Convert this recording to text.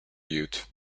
youth